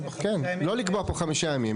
כן, לא לקבוע חמישה ימים.